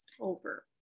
over